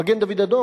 מגן-דוד-אדום,